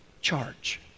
charge